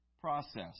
process